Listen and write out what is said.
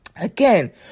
again